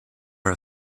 are